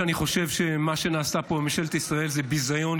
שמה שנעשה פה בממשלת ישראל זה ביזיון,